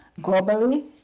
globally